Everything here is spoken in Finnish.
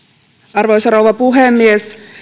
arvoisa rouva puhemies